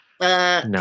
no